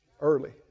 Early